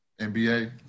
NBA